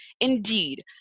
Indeed